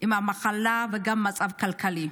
עם המחלה ועם המצב הכלכלי.